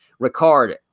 Ricard